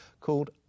called